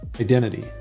identity